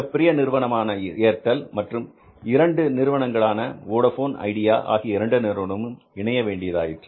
மிகப்பெரிய நிறுவனமான ஏர்டெல் மற்றும் மற்ற இரண்டு நிறுவனங்களும் வோடபோன் மற்றும் ஐடியா ஆகிய இரண்டு நிறுவனமும் இணைய வேண்டியதாயிற்று